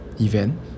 event